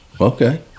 okay